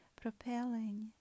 propelling